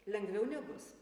lengviau nebus